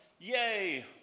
Yay